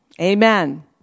Amen